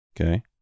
okay